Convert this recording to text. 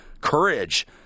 courage